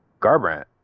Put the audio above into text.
Garbrandt